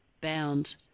bound